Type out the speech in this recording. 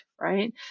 right